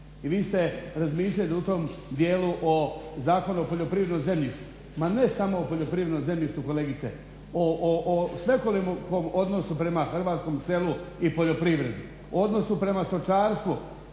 i vi ste razmišljali u tom dijelu o Zakonu o poljoprivrednom zemljištu. Ma ne samo o poljoprivrednom zemljištu kolegice, o svekolikom odnosu prema hrvatskom selu i poljoprivredi, odnosu prema stočarstvu